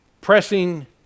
pressing